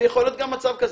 ויכול להיות גם מצב כזה.